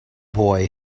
boy